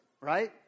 right